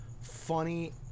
funny